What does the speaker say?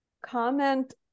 comment